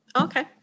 Okay